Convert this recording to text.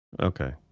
okay